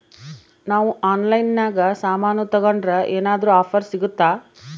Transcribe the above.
ನಾವು ಆನ್ಲೈನಿನಾಗ ಸಾಮಾನು ತಗಂಡ್ರ ಏನಾದ್ರೂ ಆಫರ್ ಸಿಗುತ್ತಾ?